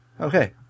Okay